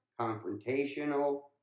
confrontational